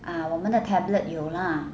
uh 我们的 tablet 有 lah